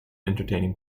entertaining